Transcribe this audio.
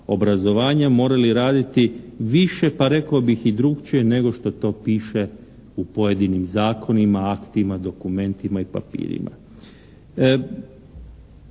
obrazovanja morali raditi više pa rekao bih i drukčije nego što to piše u pojedinim zakonima, aktima, dokumentima i papirima.